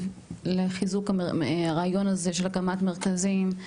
לחיזוק הרעיון הזה של הקמת מרכזים,